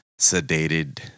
sedated